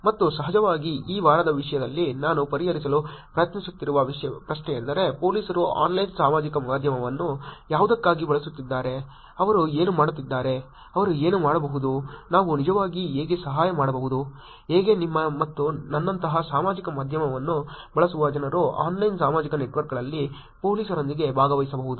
ಮತ್ತು ಸಹಜವಾಗಿ ಈ ವಾರದ ವಿಷಯದಲ್ಲಿ ನಾನು ಪರಿಹರಿಸಲು ಪ್ರಯತ್ನಿಸುತ್ತಿರುವ ಪ್ರಶ್ನೆಯೆಂದರೆ ಪೊಲೀಸರು ಆನ್ಲೈನ್ ಸಾಮಾಜಿಕ ಮಾಧ್ಯಮವನ್ನು ಯಾವುದಕ್ಕಾಗಿ ಬಳಸುತ್ತಿದ್ದಾರೆ ಅವರು ಏನು ಮಾಡುತ್ತಿದ್ದಾರೆ ಅವರು ಏನು ಮಾಡಬಹುದು ನಾವು ನಿಜವಾಗಿ ಹೇಗೆ ಸಹಾಯ ಮಾಡಬಹುದು ಹೇಗೆ ನಿಮ್ಮ ಮತ್ತು ನನ್ನಂತಹ ಸಾಮಾಜಿಕ ಮಾಧ್ಯಮವನ್ನು ಬಳಸುವ ಜನರು ಆನ್ಲೈನ್ ಸಾಮಾಜಿಕ ನೆಟ್ವರ್ಕ್ಗಳಲ್ಲಿ ಪೊಲೀಸರೊಂದಿಗೆ ಭಾಗವಹಿಸಬಹುದು